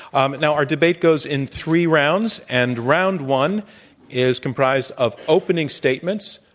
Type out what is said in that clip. um now, our debate goes in three rounds. and round one is comprised of openings statements